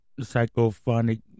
Psychophonic